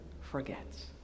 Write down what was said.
forgets